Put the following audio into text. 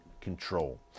control